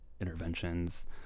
interventions